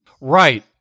Right